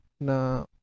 na